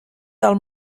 del